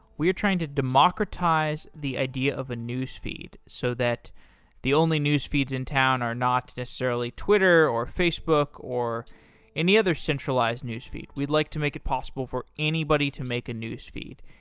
we are trying to democratize the idea of a newsfeed so that the only newsfeeds in town are not necessarily twitter, or facebook, or any other centralized newsfeed. we'd like to make it possible for anybody to make a newsfeed.